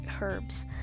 herbs